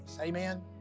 Amen